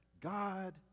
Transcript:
God